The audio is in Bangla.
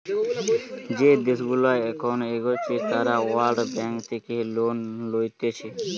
যে দেশগুলা এখন এগোচ্ছে তারা ওয়ার্ল্ড ব্যাঙ্ক থেকে লোন লইতেছে